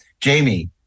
Jamie